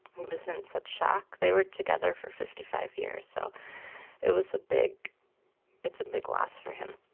he was in such shock, they were together for fifty five years, so it was a big it's a big loss for him.